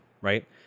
Right